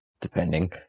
depending